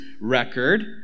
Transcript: record